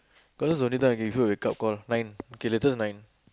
cause this is the only time I gave a wake up call nine okay latest nine